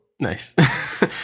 Nice